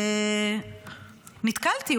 ונתקלתי,